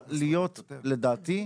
צריכה להיות, לדעתי,